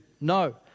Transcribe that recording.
No